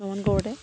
মন কৰোঁতে